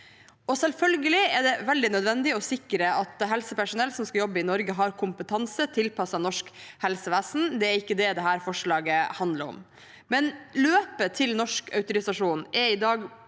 Selvfølgelig er det nødvendig å sikre at helsepersonell som skal jobbe i Norge, har kompetanse tilpasset norsk helsevesen. Det er ikke det dette forslaget handler om, men at løpet til norsk autorisasjon i dag